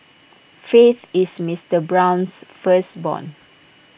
faith is Mister Brown's firstborn